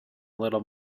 little